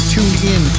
TuneIn